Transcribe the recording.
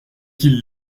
qu’il